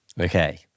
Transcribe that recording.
Okay